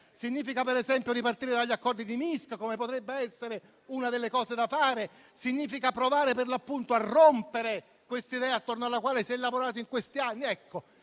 Significa, per esempio, ripartire dagli accordi di Minsk, che potrebbe essere una delle cose da fare, o provare a rompere l'idea attorno alla quale si è lavorato in questi anni?